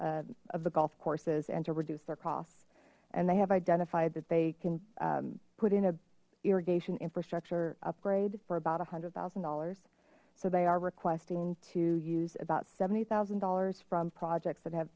golf of the golf courses and to reduce their costs and they have identified that they can put in a irrigation infrastructure upgrade for about a hundred thousand dollars so they are requesting to use about seventy thousand dollars from projects that have